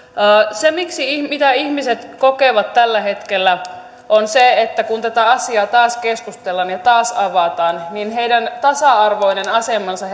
se mitä ihmiset kokevat tällä hetkellä on se että kun tästä asiasta taas keskustellaan ja se taas avataan niin heidän tasa arvoinen asemansa